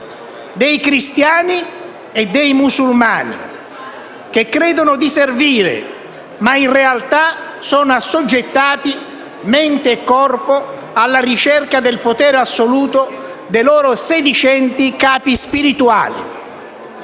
dei cristiani e dei musulmani, che credono di servire, mentre - in realtà - sono assoggettati, mente e corpo, alla ricerca del potere assoluto dei loro sedicenti capi spirituali.